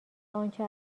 آنچه